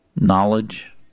knowledge